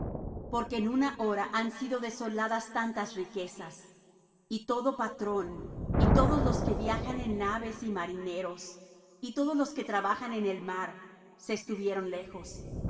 porque en una hora han sido desoladas tantas riquezas y todo patrón y todos los que viajan en naves y marineros y todos los que trabajan en el mar se estuvieron lejos